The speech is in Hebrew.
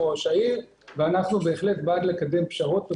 עם ראש העיר ואנחנו בהחלט בעד לקדם פשרות.